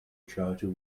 charger